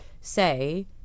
say